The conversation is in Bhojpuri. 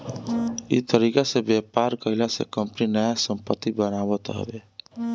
इ तरीका से व्यापार कईला से कंपनी नया संपत्ति बनावत हवे